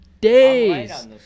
days